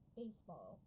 baseball